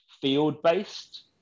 field-based